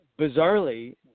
bizarrely